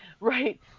Right